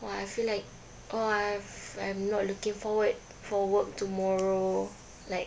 !wah! I feel like !wah! I'm not looking forward for work tomorrow like